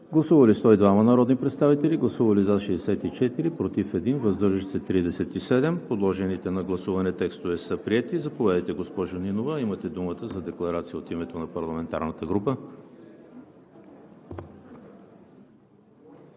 Гласували 102 народни представители: за 64, против 1, въздържали се 37. Подложените на гласуване текстове са приети. Заповядайте, госпожо Нинова, имате думата за декларация от името на парламентарната група.